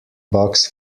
box